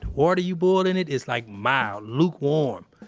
water you boil in it is like mild lukewarm.